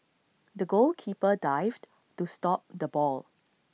the goalkeeper dived to stop the ball